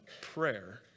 prayer